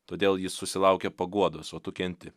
todėl jis susilaukė paguodos o tu kenti